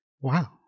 wow